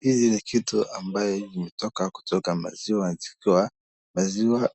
Hizi ni kitu ambaye imetoka kutoka maziwa yakikua, maziwa